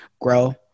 grow